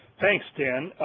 thanks dan,